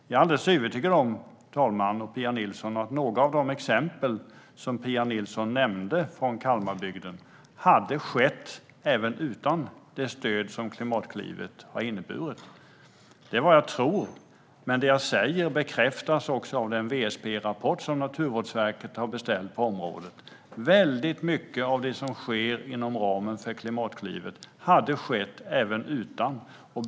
Jag är alldeles övertygad om att några av de exempel från Kalmarbygden som Pia Nilsson nämnde hade funnits även utan det stöd som Klimatklivet har inneburit. Det är vad jag tror, men det jag säger bekräftas av den WSP-rapport som Naturvårdsverket har beställt på området. Väldigt mycket av det som sker inom ramen för Klimatklivet hade skett även utan det.